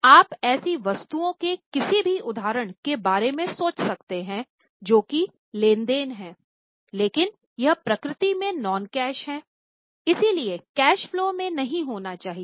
आप ऐसी वस्तुओं के किसी भी उदाहरण के बारे में सोच सकते हैं जो कि लेन देन है लेकिन यह प्रकृति में नॉन कैश है इसलिए कैश फलो में नहीं होना चाहिए